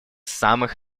самых